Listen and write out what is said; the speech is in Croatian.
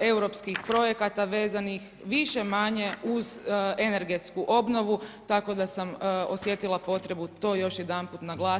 europskih projekata vezanih više-manje uz energetsku obnovu, tako da sam osjetila potrebu to još jedanput naglasiti.